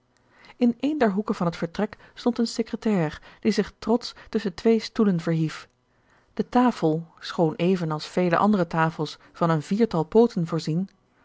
in een der hoeken van het vertrek stond eene secretaire die zich trotsch tusschen twee stoelen verhief de tafel schoon even als vele andere tafels van een viertal pooten voorzien